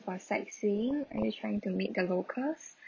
for sightseeing are you trying to meet the locals